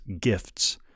gifts